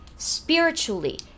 spiritually